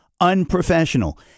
unprofessional